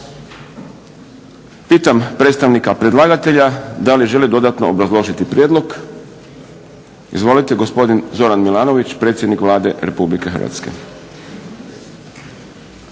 Pitam predstavnika predlagatelja da li želi dodatno obrazložiti prijedlog? Izvolite. Gospodin Zoran Milanović, predsjednik Vlade RH.